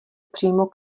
přímo